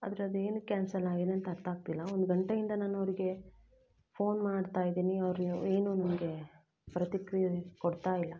ಆದರೆ ಅದು ಏನಕ್ಕೆ ಕ್ಯಾನ್ಸಲ್ ಆಗಿದೆ ಅಂತ ಅರ್ಥಾಗ್ತಿಲ್ಲ ಒಂದು ಗಂಟೆಯಿಂದ ನಾನು ಅವರಿಗೆ ಫೋನ್ ಮಾಡ್ತಾ ಇದ್ದೀನಿ ಅವ್ರು ಏನೂ ನನಗೆ ಪ್ರತಿಕ್ರಿಯೆನ ಕೊಡ್ತಾ ಇಲ್ಲ